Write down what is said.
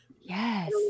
Yes